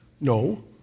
No